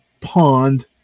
pond